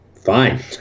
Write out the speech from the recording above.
Fine